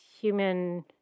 human